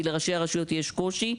כי לראשי הרשויות יש קושי.